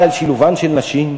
על שילובן של נשים,